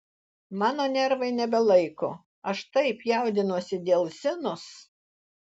mano nervai nebelaiko aš taip jaudinuosi dėl zinos